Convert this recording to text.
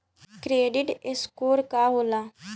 Credit score का होला?